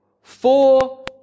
four